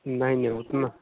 नहीं नहीं उतना